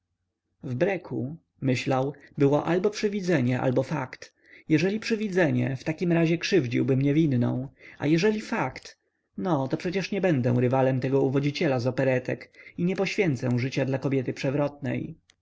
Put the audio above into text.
w breku myślał było albo przywidzenie albo fakt jeżeli przywidzenie w takim razie krzywdziłbym niewinną a jeżeli fakt no to przecież nie będę rywalem tego uwodziciela z operetek i nie poświęcę życia dla kobiety przewrotnej